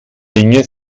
inge